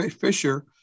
Fisher